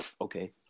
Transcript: okay